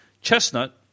Chestnut